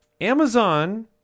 Amazon